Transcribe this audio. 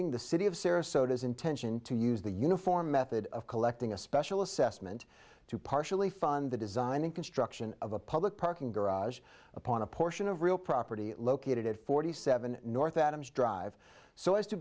stating the city of sarasota is intention to use the uniform method of collecting a special assessment to partially fund the design and construction of a public parking garage upon a portion of real property located at forty seven north adams drive so as to